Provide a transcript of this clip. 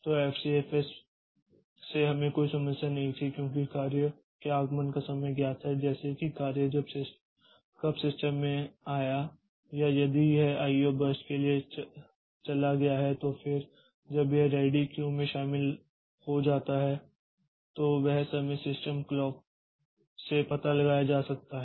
तो एफसीएफएस से हमें कोई समस्या नहीं थी क्योंकि कार्य के आगमन का समय ज्ञात है जैसे कि कार्य कब सिस्टम में आया या यदि यह आईओ बर्स्ट के लिए चला गया है तो फिर जब यह रेडी क्यू में शामिल हो जाता है तो वह समय सिस्टम क्लॉक से पता लगाया जा सकता है